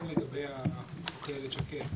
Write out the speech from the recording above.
לעדכן.